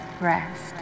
Rest